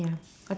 I thought can